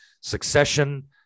Succession